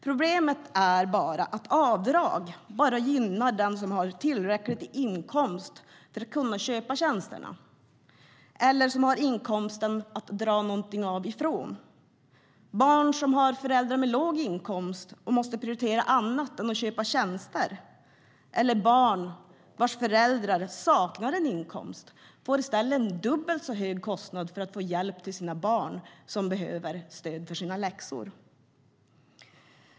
Problemet är bara att avdrag bara gynnar den som har tillräcklig inkomst för att kunna köpa tjänsterna eller som har en inkomst att dra något av ifrån. Föräldrar med låg inkomst som måste prioritera annat än att köpa tjänster och föräldrar som saknar en inkomst får i stället en dubbelt så hög kostnad för att få hjälp till sina barn som behöver stöd med läxorna.